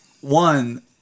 one